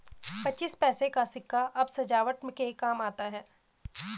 पच्चीस पैसे का सिक्का अब सजावट के काम आता है